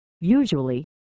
Usually